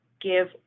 give